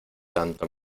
tanto